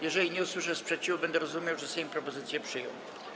Jeżeli nie usłyszę sprzeciwu, będę rozumiał, że Sejm propozycję przyjął.